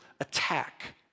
attack